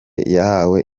yahawe